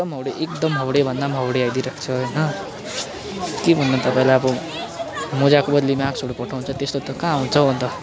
एकदम हाउडे एकदम हाउडेभन्दा पनि हाउडे आइदिइ रहेको होइन के भन्नु तपाईँलाई अब मोजाको बदलीमा माक्सहरू पठाउँछ त्यस्तो त कहाँ हुन्छ हौ अन्त